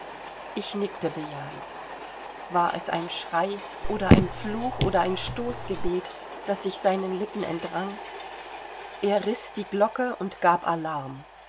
ich nickte bejahend war es ein schrei oder ein fluch oder ein stoßgebet das sich seinen lippen entrang er riß die glocke und gab alarm